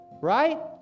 Right